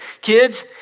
Kids